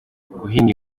guhinga